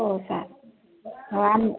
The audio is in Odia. ହଉ ସାର୍ ହଁ ଆମ